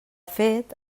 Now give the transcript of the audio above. fet